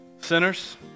sinners